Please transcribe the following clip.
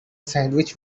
sandwich